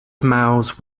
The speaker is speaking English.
mouse